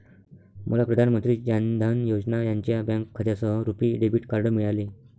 मला प्रधान मंत्री जान धन योजना यांच्या बँक खात्यासह रुपी डेबिट कार्ड मिळाले